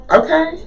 okay